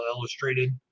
Illustrated